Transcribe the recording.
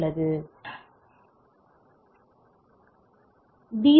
இது டி